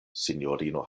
sinjorino